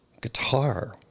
guitar